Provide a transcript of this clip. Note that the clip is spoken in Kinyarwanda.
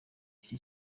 iki